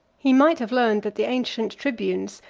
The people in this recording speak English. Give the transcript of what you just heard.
he might have learned, that the ancient tribunes,